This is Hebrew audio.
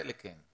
חלק כן.